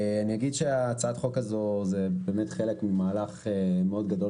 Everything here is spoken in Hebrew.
הצעת החוק הזו היא חלק ממהלך מאוד גדול